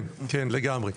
כן, כן, לגמרי.